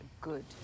good